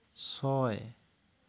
ছয়